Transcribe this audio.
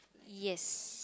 yes